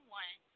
one